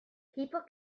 people